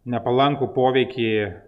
nepalankų poveikį